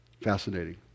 Fascinating